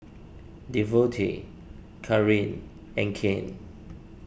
Devonte Kareen and Kane